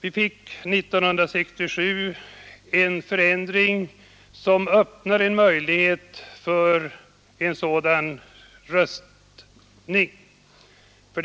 Vi fick 1967 en förändring, som öppnar en möjlighet för dem att rösta.